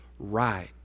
right